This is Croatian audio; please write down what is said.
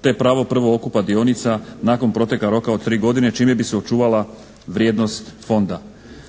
te pravo prvokupa dionica nakon proteka roka od 3 godine, čime bi se očuvala vrijednost Fonda.